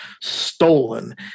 stolen